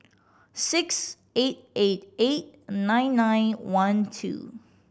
six eight eight eight nine nine one two